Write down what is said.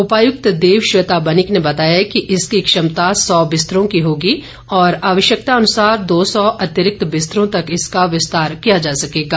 उपायुक्त देबश्वेता बनिक ने बताया कि इसकी क्षमता सौ बिस्तरों की होगी और आवश्यकता अनुसार दो सौ अतिरिक्त बिस्तरों तक इसका विस्तार किया जा सकेगा